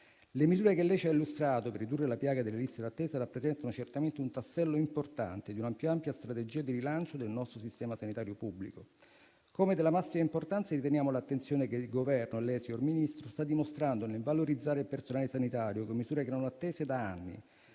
Le misure che lei ci ha illustrato per ridurre la piaga delle liste d'attesa rappresentano certamente un tassello importante di una più ampia strategia di rilancio del nostro sistema sanitario pubblico, così come della massima importanza riteniamo l'attenzione che il Governo e lei, signor Ministro, sta dimostrando nel valorizzare il personale sanitario, con misure che erano attese da anni.